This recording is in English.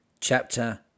chapter